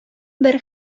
бер